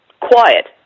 quiet